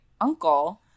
uncle